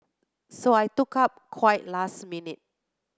so I took up quite last minute